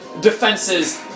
defenses